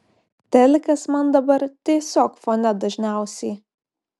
telikas man dabar tiesiog fone dažniausiai